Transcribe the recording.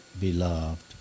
Beloved